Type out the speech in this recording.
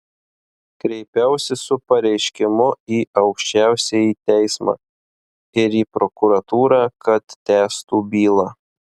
kreipiausi su pareiškimu į aukščiausiąjį teismą ir į prokuratūrą kad tęstų bylą